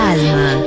Alma